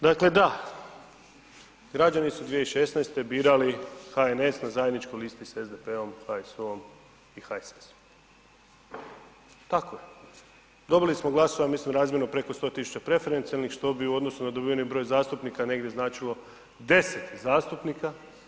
Dakle, da, građani su 2016. birali HNS na zajedničkoj listi s SDP-om, HSU-om i HSS-om, tako je, dobili smo glasova, mislim razmjerno preko 100 000 preferencijalnih, što bi u odnosu na dobiveni broj zastupnika negdje značilo 10 zastupnika.